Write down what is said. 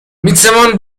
میتوان